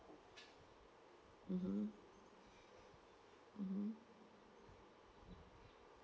mmhmm mmhmm